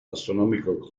astronomical